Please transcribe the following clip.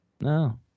No